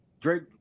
Drake